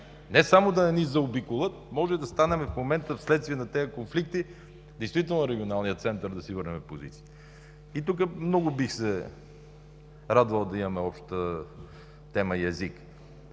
Не само да не ни заобиколят, може да станем в момента вследствие на тези конфликти действително регионалният център, да си върнем позициите. Тук много бих се радвал да имаме обща тема и език.